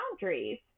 boundaries